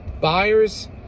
buyers